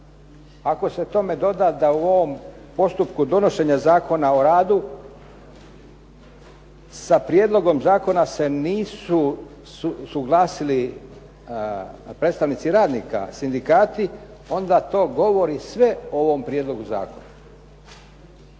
Ako se tome doda da u ovom postupku donošenja Zakona o radu sa prijedlogom zakona se nisu suglasili predstavnici radnika, sindikati, onda to govori sve o ovom prijedlogu zakona.